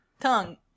tongue